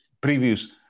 previous